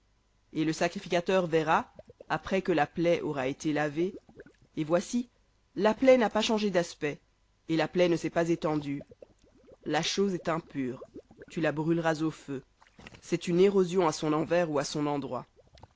et le sacrificateur verra après que la plaie aura été lavée et voici la plaie n'a pas changé d'aspect et la plaie ne s'est pas étendue la chose est impure tu la brûleras au feu c'est une érosion à son envers ou à son endroit